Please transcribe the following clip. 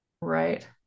right